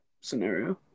scenario